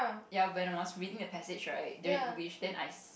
ya when I was reading a passage right during English then I